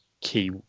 key